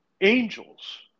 angels